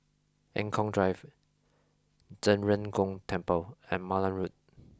Eng Kong Drive Zhen Ren Gong Temple and Malan Road